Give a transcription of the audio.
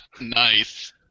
Nice